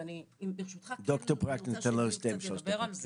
ואני ברשותך --- ניתן לד"ר פרואקטר שתיים שלוש דקות.